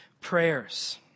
prayers